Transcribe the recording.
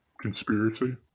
Conspiracy